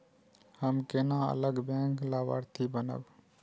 हम केना अलग बैंक लाभार्थी बनब?